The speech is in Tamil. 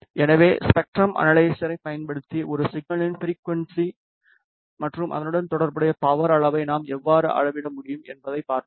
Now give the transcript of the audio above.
எனவே ஸ்பெக்ட்ரம் அனலைசரைப் பயன்படுத்தி ஒரு சிக்னலின் ஃபிரிக்குவன்ஸி மற்றும் அதனுடன் தொடர்புடைய பவர் அளவை நாம் எவ்வாறு அளவிட முடியும் என்பதை பார்த்தோம்